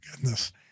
goodness